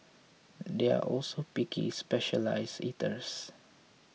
they are also picky specialised eaters